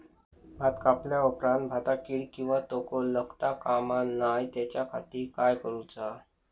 भात कापल्या ऑप्रात भाताक कीड किंवा तोको लगता काम नाय त्याच्या खाती काय करुचा?